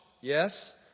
Yes